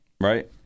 right